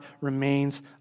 remains